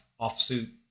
offsuit